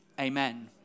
Amen